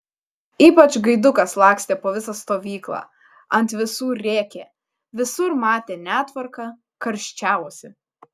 ypač gaidukas lakstė po visą stovyklą ant visų rėkė visur matė netvarką karščiavosi